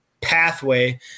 pathway